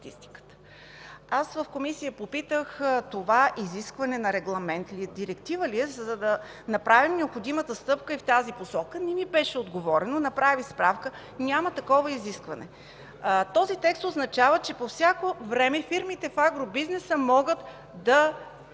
В Комисията попитах – това изискване на Регламент ли е, директива ли е, за да направим необходимата стъпка и в тази посока. Не ми беше отговорено. Направих справка, няма такова изискване. Този текст означава, че по всяко време на фирмите в агробизнеса може да